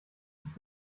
nicht